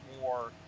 more